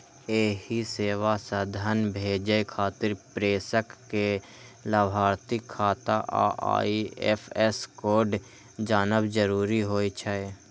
एहि सेवा सं धन भेजै खातिर प्रेषक कें लाभार्थीक खाता आ आई.एफ.एस कोड जानब जरूरी होइ छै